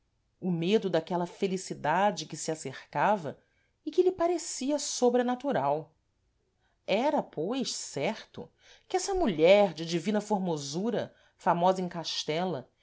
o medo daquela felicidade que se acercava e que lhe parecia sobrenatural era pois certo que essa mulher de divina formosura famosa em castela